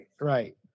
right